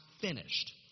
finished